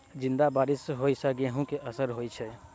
जियादा बारिश होइ सऽ गेंहूँ केँ असर होइ छै?